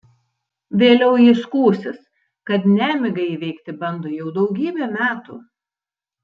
vėliau ji skųsis kad nemigą įveikti bando jau daugybę metų